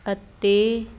ਅਤੇ